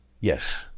Yes